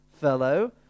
fellow